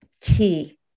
key